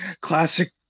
classic